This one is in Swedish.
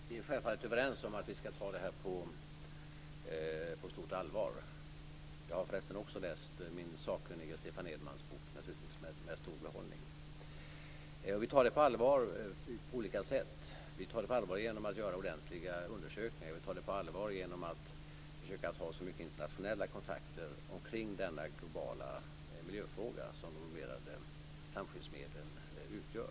Fru talman! Vi är självfallet överens om att vi skall ta detta på stort allvar. Jag har för resten också läst min sakkunnige Stefan Edmans bok med stor behållning. Vi tar det på allvar på olika sätt, genom att göra ordentliga undersökningar, genom att försöka att ha många internationella kontakter omkring den globala miljöfråga som de bromerade flamskyddsmedlen utgör.